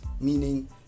meaning